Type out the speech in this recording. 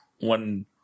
one